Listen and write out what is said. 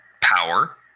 power